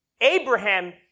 Abraham